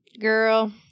Girl